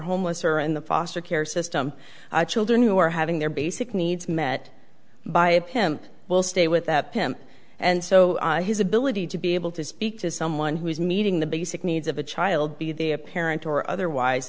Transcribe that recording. homeless or in the foster care system children who are having their basic needs met by of him will stay with that pym and so his ability to be able to speak to someone who is meeting the basic needs of a child be the a parent or otherwise